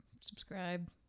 subscribe